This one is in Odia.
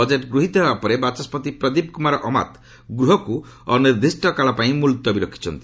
ବଜେଟ୍ ଗୃହୀତ ହେବା ପରେ ବାଚସ୍କତି ପ୍ରଦୀପ କୁମାର ଅମାତ ଗୃହକୁ ଅନିର୍ଦ୍ଦିଷ୍ଟକାଳ ପାଇଁ ମୁଲତବୀ ରଖିଛନ୍ତି